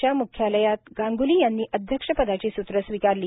च्या म्ख्यालयात गांग्ली यांनी अध्यक्षपदाची सूत्रे स्वीकारली